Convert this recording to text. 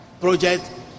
project